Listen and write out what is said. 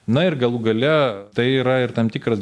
na ir galų gale tai yra ir tam tikras